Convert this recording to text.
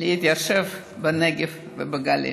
להתיישב בנגב ובגליל.